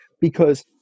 because-